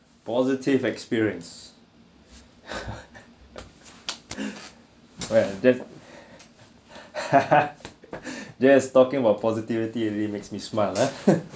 positive experience where yes yes talking about positivity already makes me smile ah